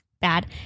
bad